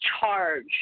charge